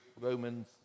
Romans